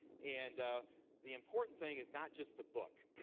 and the important thing is not just the book.